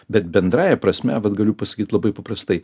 bet bendrąja prasme vat galiu pasakyt labai paprastai